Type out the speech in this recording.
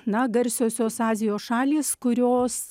na garsiosios azijos šalys kurios